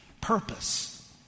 purpose